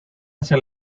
hacia